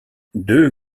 deux